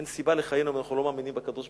אין סיבה לחיינו אם אנחנו לא מאמינים בקדוש-ברוך-הוא.